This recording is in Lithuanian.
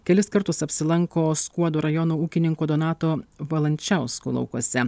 kelis kartus apsilanko skuodo rajono ūkininko donato valančiausko laukuose